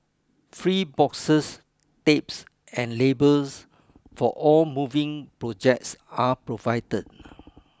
free boxes tapes and labels for all moving projects are provided